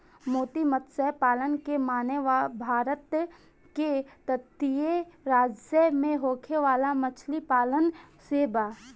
मोती मतस्य पालन के माने भारत के तटीय राज्य में होखे वाला मछली पालन से बा